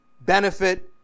benefit